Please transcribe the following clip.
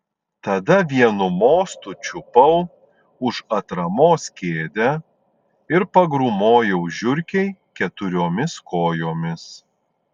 tada vienu mostu čiupau už atramos kėdę ir pagrūmojau žiurkei keturiomis kojomis